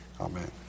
amen